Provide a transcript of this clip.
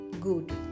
good